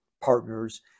partners